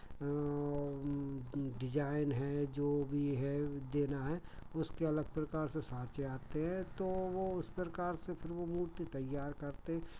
design है जो भी है वो देना है उसके अलग प्रकार से साँचे आते हैं तो वो उस प्रकार से फिर वो मूर्ति तैयार करते हैं